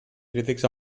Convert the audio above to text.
crítics